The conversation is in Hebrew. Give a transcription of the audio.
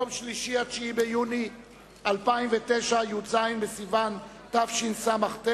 יום שלישי, 9 ביוני 2009, י"ז בסיוון התשס"ט,